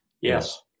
Yes